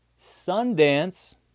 Sundance